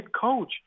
coach